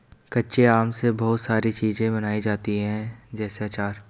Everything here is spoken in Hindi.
कच्चे आम से बहुत सारी चीज़ें बनाई जाती है जैसे आचार